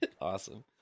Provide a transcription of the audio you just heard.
Awesome